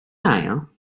ail